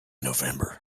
november